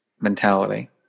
mentality